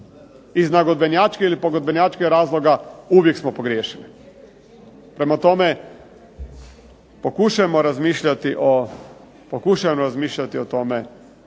iz nagodbenjačkih ili pogodbenjačkih razloga uvijek smo pogriješili. Prema tome, pokušajmo razmišljati o tome